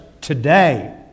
today